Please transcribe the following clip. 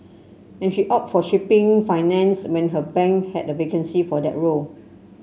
and she opted for shipping financing when her bank had a vacancy for that role